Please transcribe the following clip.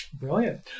Brilliant